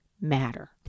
matter